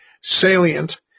salient